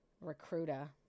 recruiter